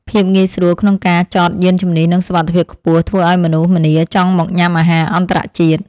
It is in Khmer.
ភាពងាយស្រួលក្នុងការចតយានជំនិះនិងសុវត្ថិភាពខ្ពស់ធ្វើឱ្យមនុស្សម្នាចង់មកញ៉ាំអាហារអន្តរជាតិ។